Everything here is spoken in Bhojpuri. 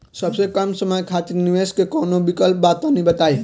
सबसे कम समय खातिर निवेश के कौनो विकल्प बा त तनि बताई?